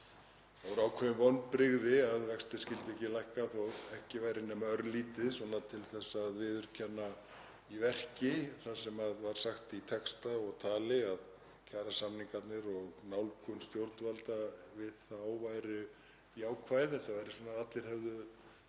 voru ákveðin vonbrigði að vextir skyldu ekki lækka þó ekki væri nema örlítið til að viðurkenna í verki það sem var sagt í texta og tali, að kjarasamningarnir og nálgun stjórnvalda við þá væri jákvæð, að allir hefðu